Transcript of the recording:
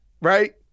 right